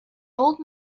old